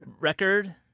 record